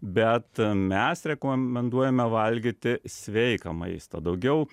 bet mes rekomenduojame valgyti sveiką maistą daugiau